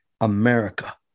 America